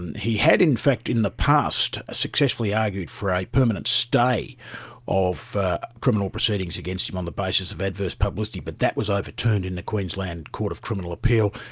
and he had in fact in the past successfully argued for a permanent stay of criminal proceedings against him on the basis of adverse publicity but that was overturned in the queensland court of criminal appeal.